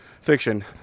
fiction